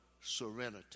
serenity